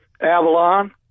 Avalon